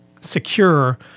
secure